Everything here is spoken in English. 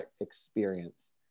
experience